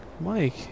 Mike